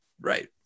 Right